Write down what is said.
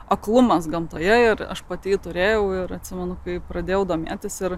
aklumas gamtoje ir aš pati turėjau ir atsimenu kai pradėjau domėtis ir